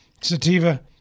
Sativa